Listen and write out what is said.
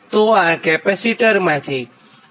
તો આ કેપેસિટરમાંથી વહેતો કરંટ IC છે